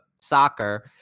soccer